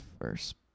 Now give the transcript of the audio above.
first